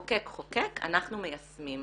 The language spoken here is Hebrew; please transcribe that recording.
המחוקק חוקק, אנחנו מיישמים.